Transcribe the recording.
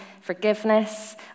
forgiveness